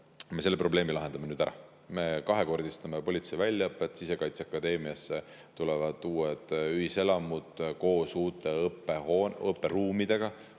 Me selle probleemi lahendame nüüd ära. Me kahekordistame politsei väljaõpet, Sisekaitseakadeemiale tulevad uued ühiselamud koos uute õpperuumidega,